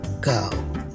go